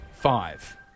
Five